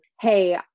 hey